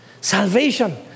Salvation